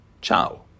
ciao